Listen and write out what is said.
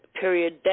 period